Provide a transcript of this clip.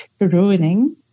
ruining